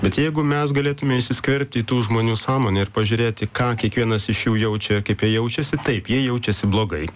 bet jeigu mes galėtume įsiskverbti į tų žmonių sąmonę ir pažiūrėti ką kiekvienas iš jų jaučia kaip jie jaučiasi taip jie jaučiasi blogai